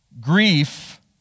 grief